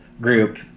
group